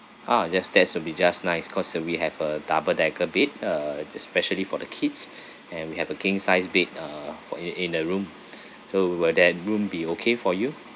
ah that's that's will be just nice because uh we have a double decker bed uh that's specially for the kids and have a king sized bed uh for it in the room so will then room be okay for you